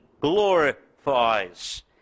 glorifies